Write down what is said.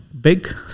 big